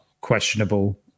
questionable